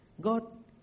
God